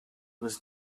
was